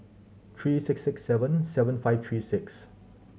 three six six seven seven five three six